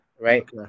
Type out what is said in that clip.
Right